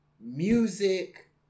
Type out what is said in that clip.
music